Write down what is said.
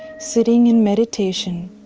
sitting in meditation,